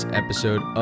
episode